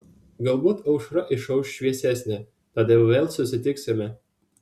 galbūt aušra išauš šviesesnė tada vėl susitiksime